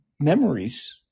Memories